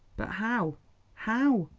but how how?